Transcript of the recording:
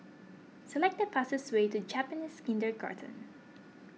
select the fastest way to Japanese Kindergarten